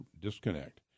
disconnect